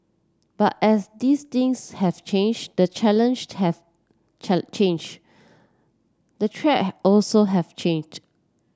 but as these things have changed the challenge have changed the threat also have changed